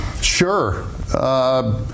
Sure